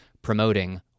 promoting